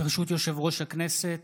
ברשות יושב-ראש הכנסת,